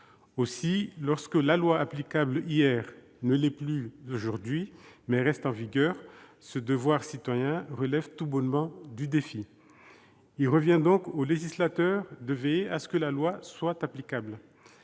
tous. Et lorsque la loi applicable hier ne l'est plus aujourd'hui, mais reste en vigueur, ce devoir citoyen relève tout bonnement du défi ! Il revient au législateur de veiller à ce que la loi soit applicable.